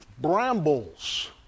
brambles